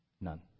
None